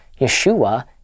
Yeshua